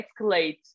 escalate